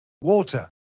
Water